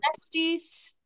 besties